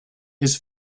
his